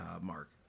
Mark